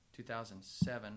2007